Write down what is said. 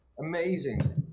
Amazing